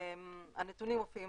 הנתונים מופיעים